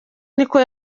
niko